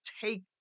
take